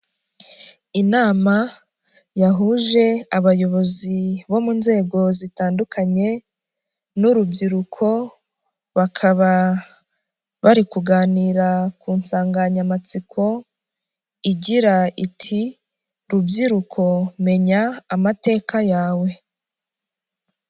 Inama, yahuje abayobozi bo mu nzego zitandukanye, n'urubyiruko, bakaba bari kuganira ku nsanganyamatsiko igira iti, rubyiruko menya amateka yawe.